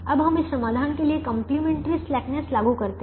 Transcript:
तो अब हम इस समाधान के लिए कंप्लीमेंट्री स्लैकनेस लागू करते हैं